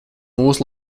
mūs